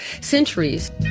centuries